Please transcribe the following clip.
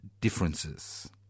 differences